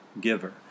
giver